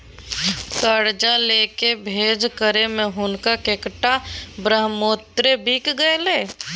करजा लकए भोज करय मे हुनक कैकटा ब्रहमोत्तर बिका गेलै